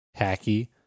hacky